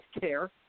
care